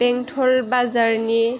बेंटल बाजारनि